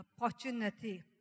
opportunity